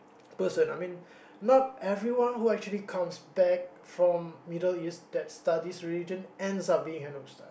person I mean not everyone who actually comes back from Middle-East that studies religion ends up being an ustaz